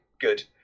good